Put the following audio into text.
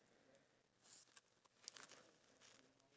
uh different perception